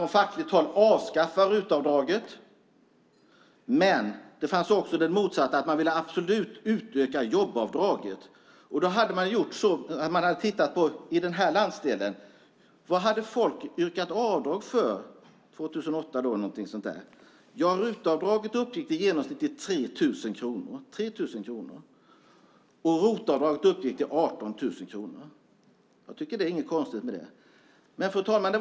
Från fackligt håll ville man avskaffa RUT-avdraget. Men det fanns också de som absolut ville utöka jobbavdraget. I nämnda landsdel hade man tittat på vad folk hade yrkat avdrag för år 2008, tror jag. RUT-avdraget uppgick i genomsnitt till 3 000 kronor och ROT-avdraget till 18 000 kronor. Det är inget konstigt med det. Fru talman!